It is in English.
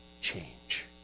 change